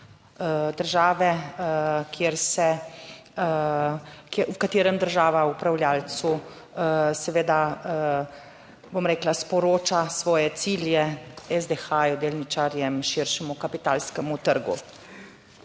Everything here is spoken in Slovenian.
se, v katerem država upravljavcu seveda, bom rekla, sporoča svoje cilje SDH delničarjem, širšemu kapitalskemu trgu.